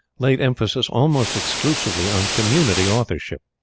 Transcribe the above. laid emphasis almost exclusively on community authorship.